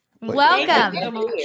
Welcome